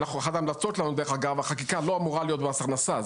אחת ההמלצות שלנו היא שהחקיקה לא אמורה להיות במס הכנסה.